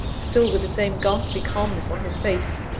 still with the same ghastly calmness on his face.